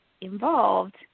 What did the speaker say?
involved